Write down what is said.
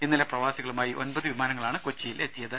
ഇന്നലെ പ്രവാസികളുമായി ഒമ്പത് വിമാനങ്ങളാണ് കൊച്ചിയിൽ എത്തിയത്